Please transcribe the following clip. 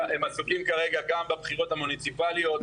הם עסוקים כרגע גם בבחירות המוניציפאליות,